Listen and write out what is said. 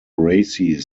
gracie